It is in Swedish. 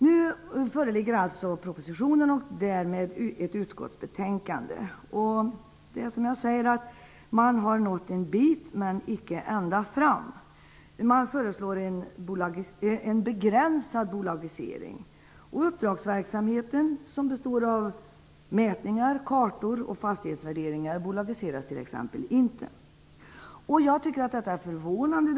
Nu föreligger en proposition och ett utskottsbetänkande. Man har nått en bit, men man har icke nått ända fram. Det föreslås en begränsad bolagisering. Uppdragsverksamheten -- som består av mätningar, kartor och fastighetsvärderingar -- skall t.ex. inte bolagiseras. Jag tycker att detta är förvånande.